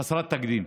חסרת תקדים.